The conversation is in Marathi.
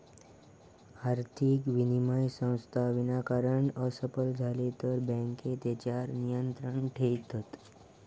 आर्थिक विनिमय संस्था विनाकारण असफल झाले तर बँके तेच्यार नियंत्रण ठेयतत